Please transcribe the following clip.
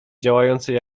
działającej